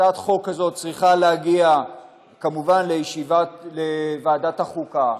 הצעת חוק כזאת צריכה להגיע כמובן לוועדת החוקה.